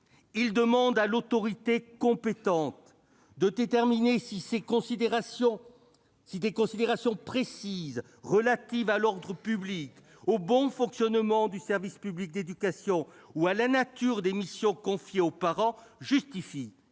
il demande à l'autorité compétente de déterminer si « des considérations précises relatives à l'ordre public, au bon fonctionnement du service public d'éducation ou à la nature des missions confiées aux parents » justifient